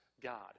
God